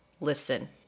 listen